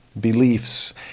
beliefs